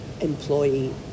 employee